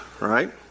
right